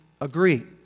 agree